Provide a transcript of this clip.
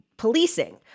policing